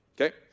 okay